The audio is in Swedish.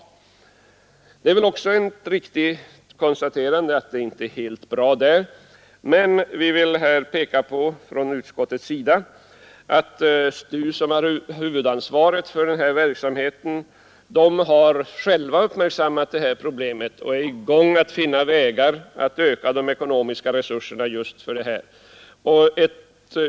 Det är väl också ett riktigt konstaterande att det inte är helt bra därvidlag, men vi vill från utskottets sida peka på att STU, som har huvudansvaret för den här verksamheten, själv uppmärksammat problemet och är i gång med att finna vägar att öka de ekonomiska resurserna just för detta ändamål.